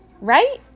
right